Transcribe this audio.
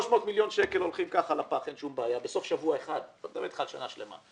300 מיליון שקלים הולכים לפח בסוף שבוע אחד ואין שום בעיה.